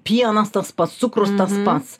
pienas tas pats cukrus tas pats